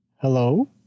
Hello